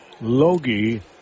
Logie